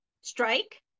strike